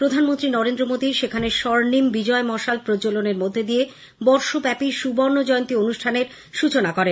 প্রধানমন্ত্রী নরেন্দ্র মোদী সেখানে স্বর্নিম বিজয় মশাল প্রজ্বলনের মধ্য দিয়ে বর্ষব্যাপী সুবর্ণ জয়ন্তী অনুষ্ঠানের সূচনা করেন